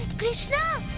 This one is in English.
krishna,